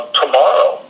tomorrow